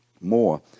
More